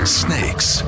snakes